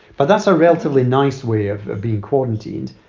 but that's a relatively nice way of being quarantined.